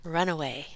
Runaway